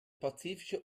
pazifische